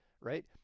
right